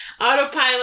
Autopilot